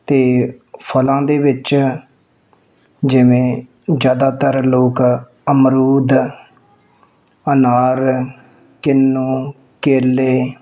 ਅਤੇ ਫਲਾਂ ਦੇ ਵਿੱਚ ਜਿਵੇਂ ਜ਼ਿਆਦਾਤਰ ਲੋਕ ਅਮਰੂਦ ਅਨਾਰ ਕੀਨੂੰ ਕੇਲੇ